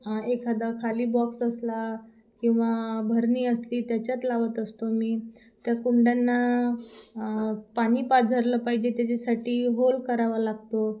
एखादा खाली बॉक्स असला किंवा बरणी असली त्याच्यात लावत असतो मी त्या कुंडांना पाणी पाझरलं पाहिजे त्याच्यासाठी होल करावं लागतं